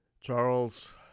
Charles